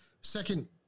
second